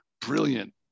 brilliant